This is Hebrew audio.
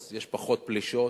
אז יש פחות פלישות,